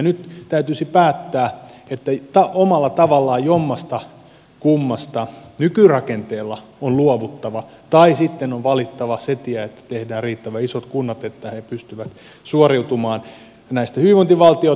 nyt täytyisi päättää että omalla tavallaan jommastakummasta nykyrakenteella on luovuttava tai sitten on valittava se tie että tehdään riittävän isot kunnat että ne pystyvät suoriutumaan näistä hyvinvointivaltiotehtävistä